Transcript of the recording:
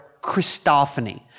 Christophany